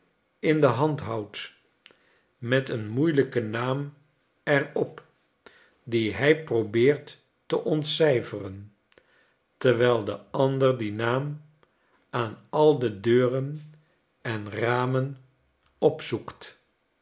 in zijn hand houdt met een moeielijken naam er op dien hij probeert te ontcijferen terwijl de ander dien naam aan al de deuren en ramen opzoekt